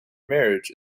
marriage